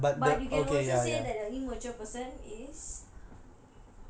but you can also say that the immature person is